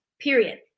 period